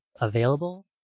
available